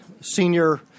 senior